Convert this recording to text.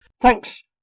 Thanks